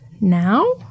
now